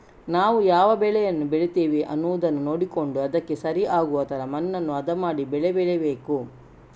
ನಾವು ಯಾವ ಬೆಳೆ ಬೆಳೀತೇವೆ ಅನ್ನುದನ್ನ ನೋಡಿಕೊಂಡು ಅದಕ್ಕೆ ಸರಿ ಆಗುವ ತರ ಮಣ್ಣನ್ನ ಹದ ಮಾಡಿ ಬೆಳೆ ಬೆಳೀಬೇಕು